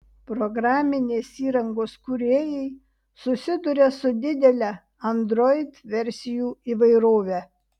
programinės įrangos kūrėjai susiduria su didele android versijų įvairove